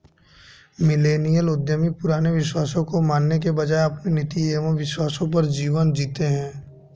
millennial उद्यमी पुराने विश्वासों को मानने के बजाय अपने नीति एंव विश्वासों पर जीवन जीते हैं